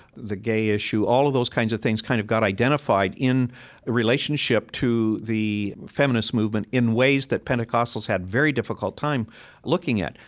the gay issue all of those kinds of things kind of got identified in relationship relationship to the feminist movement in ways that pentecostals had very difficult time looking at.